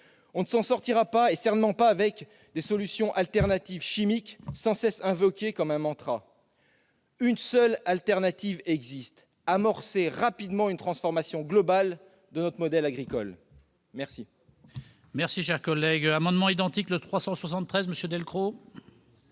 On ne s'en sortira certainement pas avec le recours à d'autres solutions chimiques, sans cesse invoqué comme un mantra. Une seule alternative existe : amorcer rapidement une transformation globale de notre modèle agricole. La